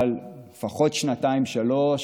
אבל לפחות שנתיים-שלוש,